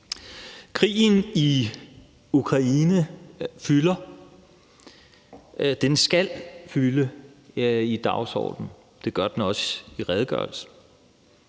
Krigen i Ukraine fylder. Den skalfylde i dagsordenen. Det gør den også i redegørelsen.